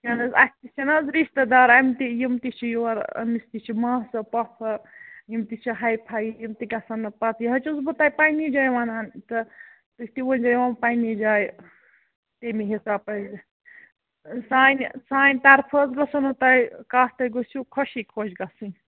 کیٛاہ نہٕ حظ اَسہِ تہِ چھِنہٕ حظ رِشتہٕ دار اَمہِ تہِ یِم تہِ چھِ یوٗر أمِس تہِ چھِ ماسہٕ پۄپھٕ یِم تہِ چھِ ہاے فاے یِم تہِ گژھن نہٕ پَتہٕ یہِ حظ چھُس بہٕ تۄہہِ پنٕنہِ جایہِ وَنان تہٕ تُہۍ تہِ ؤنۍزیٚو یِمن پنٕنہِ جایہِ تیٚمی حِساب پٔکۍزِ سانہِ سانہِ طرفہٕ حظ گژھو نہٕ تۄہہِ کَتھ تُہۍ گٔژھِو خۄشی خۄش گژھٕنۍ